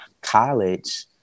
college